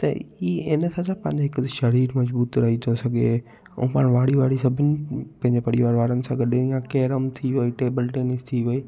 त ई हिन करे पंहिंजे हिकु शरीर मज़बूत थी रही थो सघे ऐं पाण वारी वारी सभिनि पंहिंजे परिवार वारनि सां गॾु या केरम थी वई टेबल टेनिस थी वई